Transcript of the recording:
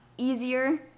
easier